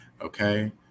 Okay